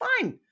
Fine